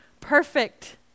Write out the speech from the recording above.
perfect